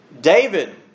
David